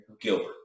Gilbert